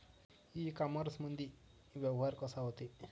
इ कामर्समंदी व्यवहार कसा होते?